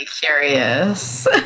curious